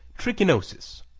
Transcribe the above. trichinosis,